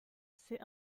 c’est